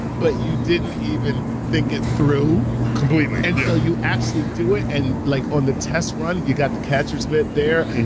but you didn't even think it through, completely, yeah. and so you actually do it, and like, on the test run, you got the catcher's mitt there,